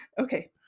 Okay